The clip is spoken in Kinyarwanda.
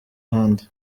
ahandi